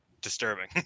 disturbing